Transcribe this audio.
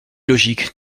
logique